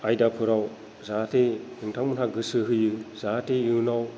आयदाफोराव जाहाथे नोंथांमोना गोसो होयो जाहाथे इयुनाव